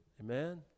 Amen